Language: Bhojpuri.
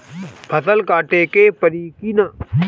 फसल काटे के परी कि न?